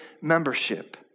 membership